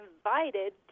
invited